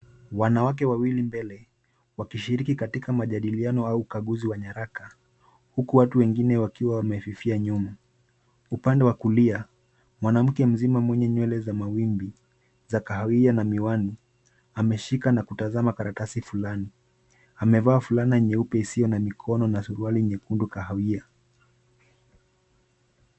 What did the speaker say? Wanawake wawili mbele, wakishiriki katika majadiliano au ukaguzi wa nyaraka , huku watu wengine wakiwa wamefifia nyuma. Upande wa kulia, mwanamke mzima mwenye nywele za mawimbi za kahawia na miwani. Ameshika na kutazama karatasi fulani, amevaa fulana nyeupe isiyo na mikono na suruali nyekundu kahawia.